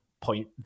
point